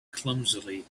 clumsily